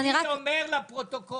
אני אומר לפרוטוקול,